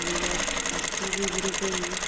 ہم لوگ تسبیح بھی گنتے ہیں